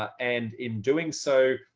and in doing so,